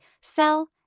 sell